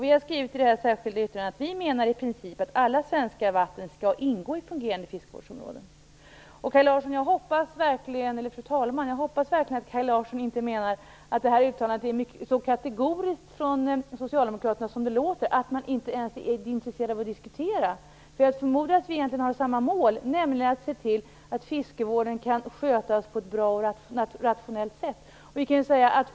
Vi har skrivit i det särskilda yttrandet att vi i princip menar att alla svenska vatten skall ingå i fungerande fiskevårdsområden. Fru talman! Jag hoppas verkligen att Kaj Larsson inte menar att det här uttalandet från socialdemokraterna är så kategoriskt som det låter, att man inte ens är intresserad av att diskutera. Jag förmodar att vi egentligen har samma mål, nämligen att se till att fiskevården kan skötas på ett bra och rationellt sätt.